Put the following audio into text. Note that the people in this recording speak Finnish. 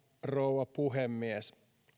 rouva puhemies